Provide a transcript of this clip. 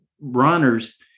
runners